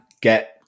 get